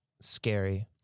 scary